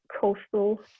coastal